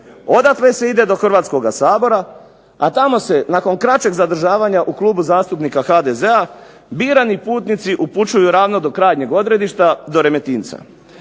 odatle se ide do Hrvatskoga sabora, a tamo se nakon kraćeg zadržavanja u Klubu zastupnika HDZ-a birani putnici upućuju ravno do krajnjeg odredišta, do Remetinca.